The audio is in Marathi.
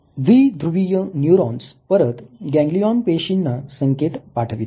द्विध्रुवीय न्यूरॉन्स परत गॅंगलियॉन पेशीना संकेत पाठवितात